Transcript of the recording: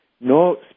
No